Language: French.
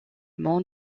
monde